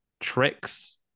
tricks